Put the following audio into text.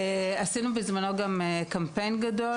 עשינו בזמנו גם קמפיין גדול,